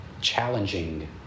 challenging